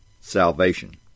salvation